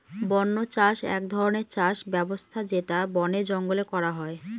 বন্য চাষ এক ধরনের চাষ ব্যবস্থা যেটা বনে জঙ্গলে করা হয়